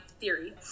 theory